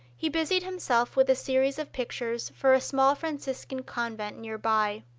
he busied himself with a series of pictures for a small franciscan convent near by.